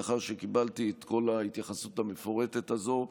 לאחר שקיבלתי את כל ההתייחסות המפורטת הזו,